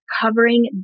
covering